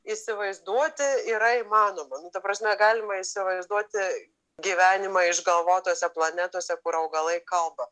įsivaizduoti yra įmanoma nu ta prasme galima įsivaizduoti gyvenimą išgalvotose planetose kur augalai kalba